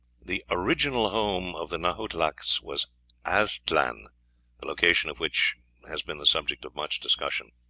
the original home of the nahuatlacas was aztlan, the location of which has been the subject of much discussion.